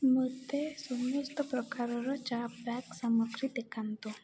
ମୋତେ ସମସ୍ତ ପ୍ରକାରର ଚା' ବ୍ୟାଗ୍ ସାମଗ୍ରୀ ଦେଖାନ୍ତୁ